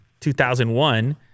2001